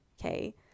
okay